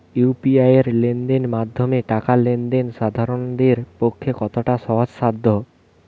UPI এর মাধ্যমে টাকা লেন দেন সাধারনদের পক্ষে কতটা সহজসাধ্য?